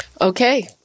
Okay